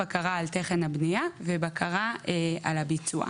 בקרה על תכן הבנייה ובקרה על הביצוע.